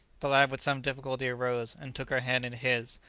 the lad with some difficulty arose, and took her hand in his,